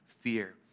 fear